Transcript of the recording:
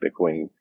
Bitcoin